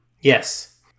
Yes